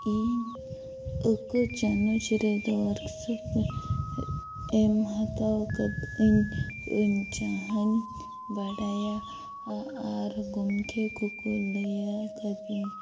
ᱤᱧ ᱟᱹᱠᱟᱹ ᱪᱟᱱᱟᱪ ᱨᱮᱫᱚ ᱳᱣᱟᱨᱠᱥᱚᱯ ᱮᱢ ᱦᱟᱛᱟᱣ ᱠᱟᱫ ᱟᱹᱧ ᱟᱹᱧ ᱡᱟᱦᱟᱧ ᱵᱟᱰᱟᱭᱟ ᱟᱨ ᱜᱚᱢᱠᱮ ᱠᱚᱠᱚ ᱞᱟᱹᱭᱟ ᱠᱟᱫᱤᱧ